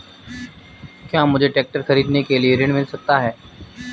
क्या मुझे ट्रैक्टर खरीदने के लिए ऋण मिल सकता है?